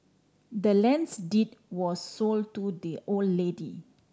the land's deed was sold to the old lady